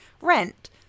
rent